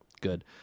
good